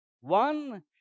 One